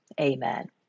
amen